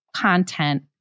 content